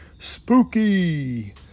spooky